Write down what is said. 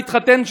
מתחתן,